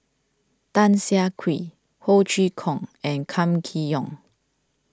Tan Siah Kwee Ho Chee Kong and Kam Kee Yong